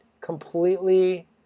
completely